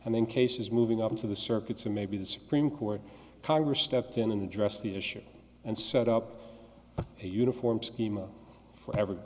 and then cases moving up to the circuits and maybe the supreme court congress stepped in and addressed the issue and set up a uniform scheme for ever